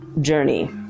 journey